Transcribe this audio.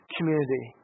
community